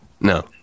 No